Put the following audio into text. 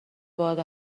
باد